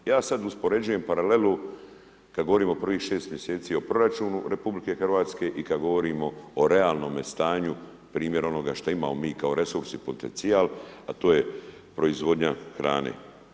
Ja sada uspoređujem paralelu kada govorimo o prvih 6 mjeseci o proračunu RH i kada govorimo o realnom stanju, primjer onoga što imamo mi kao resurs i potencijal, a to je proizvodnja hrane.